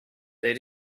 they